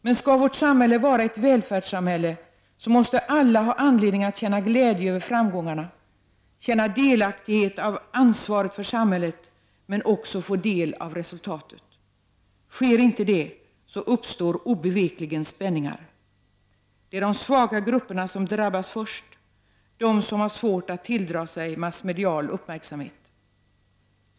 Men skall vårt samhälle vara ett välfärdssamhälle måste alla ha anledning att känna glädje över framgångarna, känna delaktighet i ansvaret för samhället, men också få del av resultatet. Sker inte det, uppstår obevekligen spänningar. Det är de svaga grupperna som drabbas först, de som har svårt att tilldra sig massmedial uppmärksamhet.